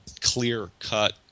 clear-cut